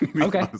Okay